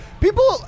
People